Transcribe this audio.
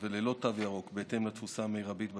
ללא תו ירוק בהתאם לתפוסה המרבית בתקנות,